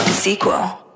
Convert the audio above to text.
sequel